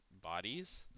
bodies